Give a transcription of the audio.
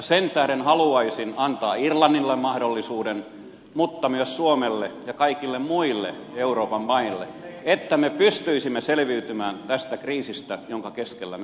sen tähden haluaisin antaa irlannille mahdollisuuden mutta myös suomelle ja kaikille muille euroopan maille että me pystyisimme selviytymään tästä kriisistä jonka keskellä me olemme